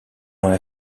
moins